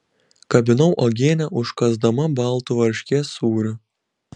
kabinau uogienę užkąsdama baltu varškės sūriu